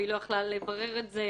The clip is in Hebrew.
מבלי שהיא הייתה יכולה לברר את זה.